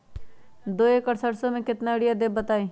दो एकड़ सरसो म केतना यूरिया देब बताई?